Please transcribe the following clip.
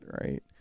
right